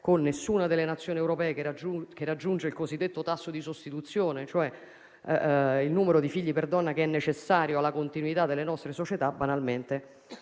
con nessuna delle Nazioni europee che raggiunge il cosiddetto tasso di sostituzione, cioè il numero di figli per donna necessario alla continuità delle nostre società, potremmo